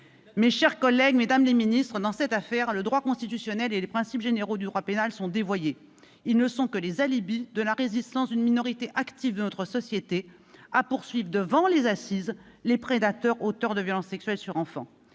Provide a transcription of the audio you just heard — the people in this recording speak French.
des sceaux, madame la secrétaire d'État, dans cette affaire, le droit constitutionnel et les principes généraux du droit pénal sont dévoyés. Ils ne sont que les alibis de la résistance d'une minorité active de notre société à poursuivre devant les assises les prédateurs auteurs de violences sexuelles sur enfants.